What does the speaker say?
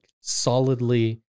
solidly